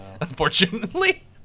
Unfortunately